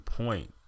point